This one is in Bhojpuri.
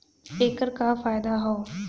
ऐकर का फायदा हव?